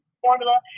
formula